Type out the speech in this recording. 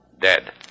Dead